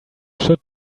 should